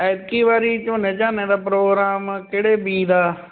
ਐਤਕੀ ਵਾਰੀ ਝੋਨੇ ਝਾਨੇ ਦਾ ਪ੍ਰੋਗਰਾਮ ਕਿਹੜੇ ਬੀਜ ਦਾ